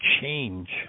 change